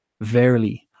Verily